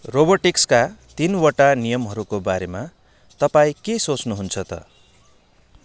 रोबोटिक्सका तिनवटा नियमहरूको बारेमा तपाईँ के सोच्नुहुन्छ त